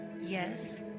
yes